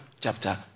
chapter